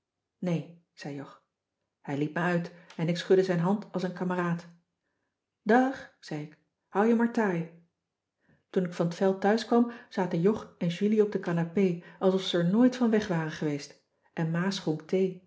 nee zei jog hij liet me uit en ik schudde zijn hand als een kameraad dag zei ik hou je maar taai toen ik van t veld thuiskwam zaten jog en julie op de canapé alsof ze er nooit van weg waren geweest en ma schonk thee